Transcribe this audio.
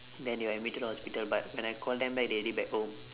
then they admitted to the hospital but when I call them back they already back home